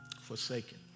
forsaken